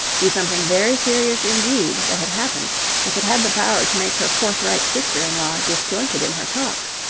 be something very serious indeed that had happened if it had the power to make her forthright sister-in-law disjointed in her talk.